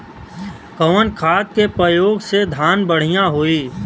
कवन खाद के पयोग से धान बढ़िया होई?